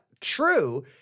true